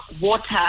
water